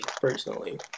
personally